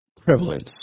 Prevalence